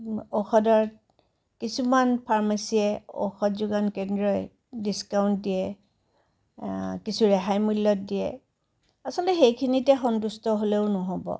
ঔষধৰ কিছুমান ফাৰ্মাছীয়ে ঔষধ যোগান কেন্দ্ৰই ডিস্কাউণ্ট দিয়ে কিছু ৰেহাই মূল্যত দিয়ে আচলতে সেইখিনিতে সন্তুষ্ট হ'লেও নহ'ব